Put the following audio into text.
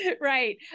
Right